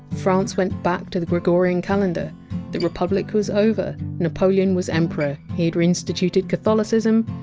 france went back to the gregorian calendar the republic was over, napoleon was emperor, he had reinstituted catholicism,